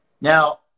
Now